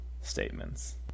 statements